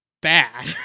bad